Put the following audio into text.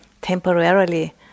temporarily